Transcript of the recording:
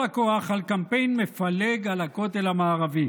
הכוח על קמפיין מפלג על הכותל המערבי.